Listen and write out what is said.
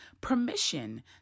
permission